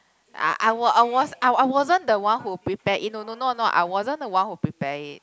I I I I wasn't the one who prepare it no no no no I wasn't the one who prepare it